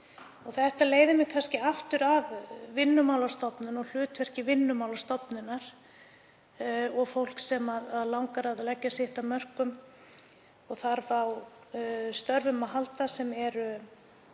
Þetta leiðir mig aftur að Vinnumálastofnun og hlutverki Vinnumálastofnunar og því fólki sem langar að leggja sitt af mörkum og þarf á starfi að halda;